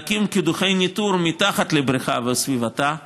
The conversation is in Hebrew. להקים קידוחי ניטור מתחת לבריכה וסביבתה: